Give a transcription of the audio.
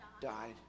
died